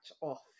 off